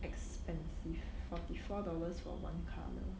expensive forty four dollars for one colour